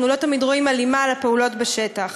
אנחנו לא תמיד רואים הלימה לפעולות בשטח.